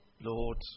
Lord